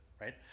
right